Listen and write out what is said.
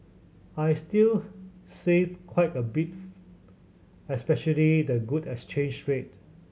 I'll still save quite a bit especially the good exchange rate